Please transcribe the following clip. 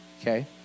okay